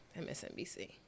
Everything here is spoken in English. MSNBC